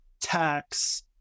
tax